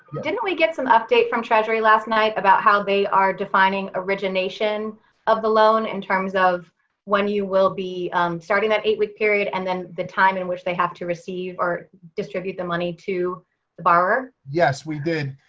didn't we get some update from treasury last night about how they are defining origination of the loan in terms of when you will be starting that eight-week period and then the time in which they have to receive or distribute the money to the borrower? yes, we did.